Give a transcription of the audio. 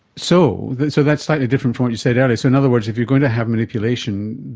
so so that's slightly different from what you said earlier, so in other words if you're going to have manipulation,